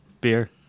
beer